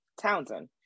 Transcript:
Townsend